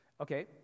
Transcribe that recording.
Okay